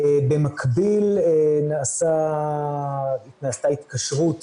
במקביל נעשתה התקשרות